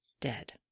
dead